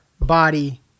body